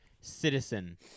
citizen